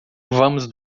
vamos